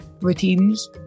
routines